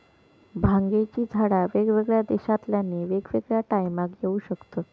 भांगेची झाडा वेगवेगळ्या देशांतल्यानी वेगवेगळ्या टायमाक येऊ शकतत